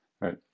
right